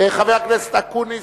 חבר הכנסת אקוניס,